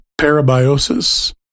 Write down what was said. Parabiosis